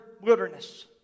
wilderness